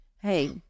hey